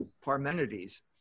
Parmenides